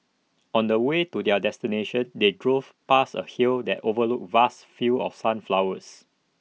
on the way to their destination they drove past A hill that overlooked vast fields of sunflowers